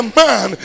man